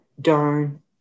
darn